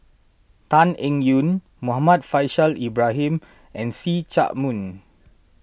Tan Eng Yoon Muhammad Faishal Ibrahim and See Chak Mun